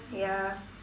ya